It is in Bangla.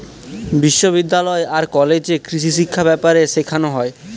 বিশ্ববিদ্যালয় আর কলেজে কৃষিশিক্ষা ব্যাপারে শেখানো হয়